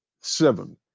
seven